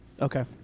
Okay